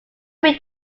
weak